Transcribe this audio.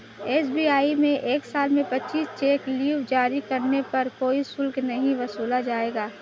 SBI में एक साल में पच्चीस चेक लीव जारी करने पर कोई शुल्क नहीं वसूला जाएगा